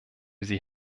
sie